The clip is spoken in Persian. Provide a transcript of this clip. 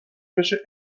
بشه